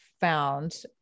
found